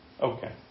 Okay